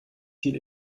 viel